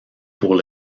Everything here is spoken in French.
pour